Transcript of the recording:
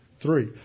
Three